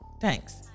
Thanks